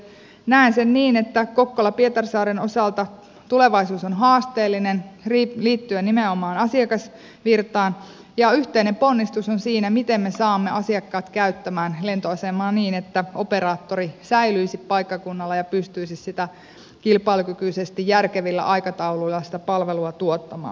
näen sen niin että kokkolapietarsaaren osalta tulevaisuus on haasteellinen liittyen nimenomaan asiakasvirtaan ja yhteinen ponnistus on siinä miten me saamme asiakkaat käyttämään lentoasemaa niin että operaattori säilyisi paikkakunnalla ja pystyisi kilpailukykyisesti järkevillä aikatauluilla sitä palvelua tuottamaan